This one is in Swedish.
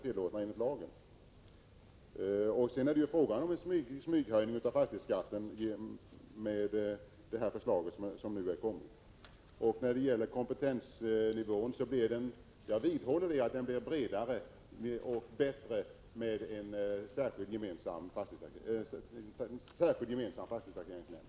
Föreliggande förslag innebär en smyghöjning av fastighets 139 Vissa frågor inför all skatten. Jag vidhåller att kompetensnivån blir bredare och bättre med en särskild gemensam fastighetstaxeringsnämnd.